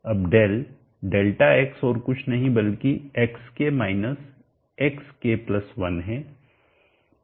अब del delta x और कुछ नहीं बल्कि xk xk1 है